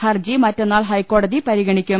ഹർജി മറ്റന്നാൾ ഹൈക്കോടതി പരിഗണിക്കും